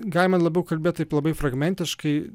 galima labiau kalbėt taip labai fragmentiškai